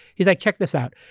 he's like, check this out.